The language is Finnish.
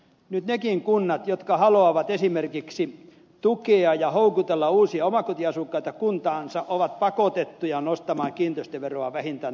nyt nekin kunnat jotka haluavat esimerkiksi tukea ja houkutella uusia omakotiasukkaita kuntaansa ovat pakotettuja nostamaan kiinteistöveroa vähintään alarajalle